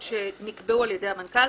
לוועדת הכנסת ולוועדת המדע והטכנולוגיה.